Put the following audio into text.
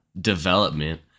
development